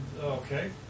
Okay